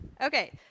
Okay